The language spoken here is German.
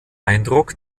eindruck